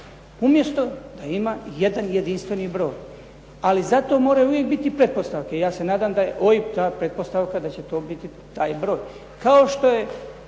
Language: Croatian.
umjesto da ima jedan jedinstveni broj. Ali zato moraju uvijek biti pretpostavke i ja se nadam da je OIB ta pretpostavka da će to biti taj broj. Kao što je